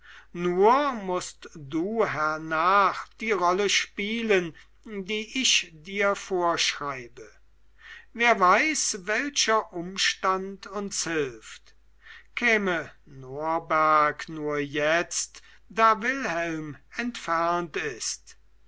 nur mußt du hernach die rolle spielen die ich dir vorschreibe wer weiß welcher umstand uns hilft käme norberg nur jetzt da wilhelm entfernt ist